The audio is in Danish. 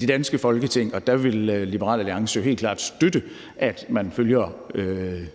det danske Folketing, og der vil Liberal Alliance jo helt klart støtte, at man følger den